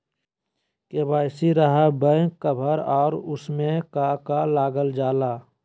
KYC रहा back cover और उसमें का का लागल जाला?